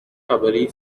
خبری